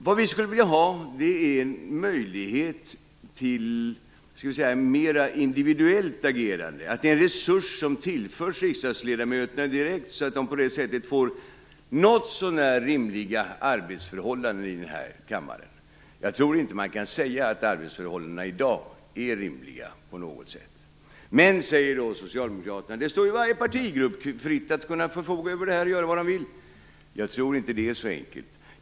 Det vi skulle vilja ha är en möjlighet till mer individuellt agerande, en resurs som tillförs riksdagsledamöterna direkt, så att de på det sättet får något så när rimliga arbetsförhållanden i den här kammaren. Jag tror inte att man kan säga att arbetsförhållandena i dag är rimliga på något sätt. Men, säger då socialdemokraterna, det står ju varje partigrupp fritt att förfoga över dessa resurser och göra vad man vill. Jag tror inte att det är så enkelt.